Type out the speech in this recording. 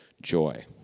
joy